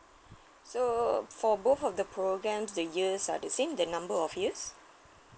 so for both of the programs the years are the same the number of years